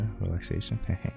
relaxation